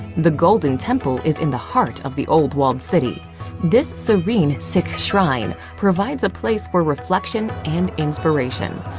the golden temple is in the heart of the old walled city this serene sikh shrine provides a place for reflection and inspiration.